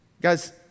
guys